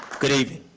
good evening.